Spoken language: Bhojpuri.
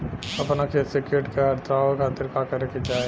अपना खेत से कीट के हतावे खातिर का करे के चाही?